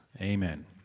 Amen